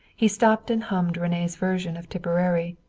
he stopped and hummed rene's version of tipperary.